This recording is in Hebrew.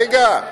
רגע,